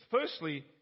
Firstly